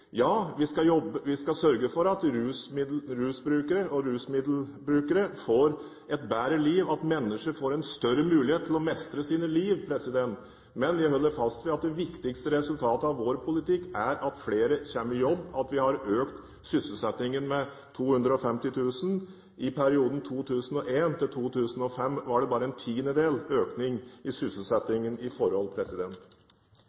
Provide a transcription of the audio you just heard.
Ja, vi skal sørge for at rusmiddelbrukere skal få et bedre liv, og at mennesker skal få en større mulighet for å mestre sitt liv: Men jeg holder fast ved at det viktigste resultatet av vår politikk er at flere kommer i jobb, at vi har økt sysselsettingen med 250 000. I perioden 2001–2005 var det bare en tiendedel økning i